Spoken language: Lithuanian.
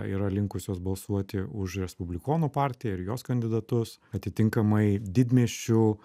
yra linkusios balsuoti už respublikonų partiją ir jos kandidatus atitinkamai didmiesčių